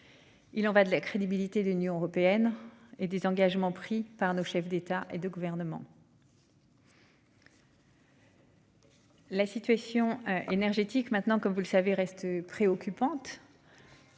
Il en va de la crédibilité, l'Union européenne et des engagements pris par nos chefs d'État et de gouvernement. La situation énergétique maintenant comme vous le savez, reste préoccupante.